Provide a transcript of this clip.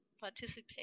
participate